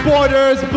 Borders